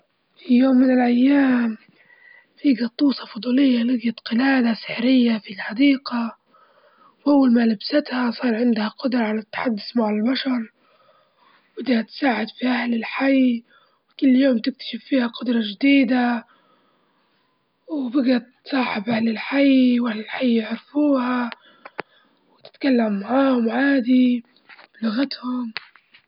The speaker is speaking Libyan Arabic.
في يوم من الأيام، في جطوسة فضولية لجيت قلادة سحرية في الحديقة وأول ما لبستها صار عندها قدرة على التحدث مع البشر وبدها تساعد في أهل الحي، وكل يوم تكتشف فيها قدرة جديدة وبجت تصاحب أهل الحي، وأهل الحي يعرفوها وتتكلم معاهم عادي بلغتهم.